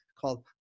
called